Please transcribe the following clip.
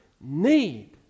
need